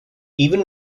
even